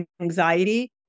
anxiety